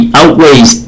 outweighs